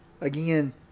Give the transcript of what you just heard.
again